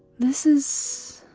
this is.